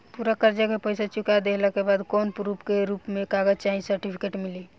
पूरा कर्जा के पईसा चुका देहला के बाद कौनो प्रूफ के रूप में कागज चाहे सर्टिफिकेट मिली?